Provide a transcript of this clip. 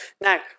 Now